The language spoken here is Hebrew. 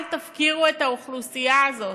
אל תפקירו את האוכלוסייה הזאת.